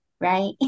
right